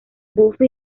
buffy